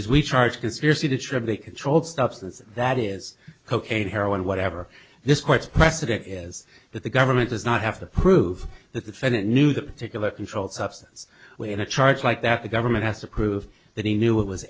is we charge conspiracy to trigger a controlled substance that is cocaine heroin whatever this court's precedent is that the government does not have to prove that the fed knew that particular controlled substance when a charge like that the government has to prove that he knew it was